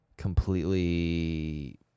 completely